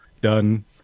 done